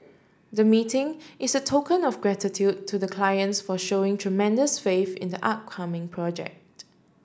the meeting is a token of gratitude to the clients for showing tremendous faith in the upcoming project